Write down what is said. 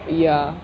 ya